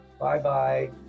Bye-bye